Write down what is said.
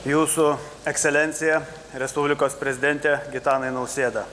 jūsų ekscelencija respublikos prezidente gitanai nausėda